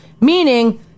meaning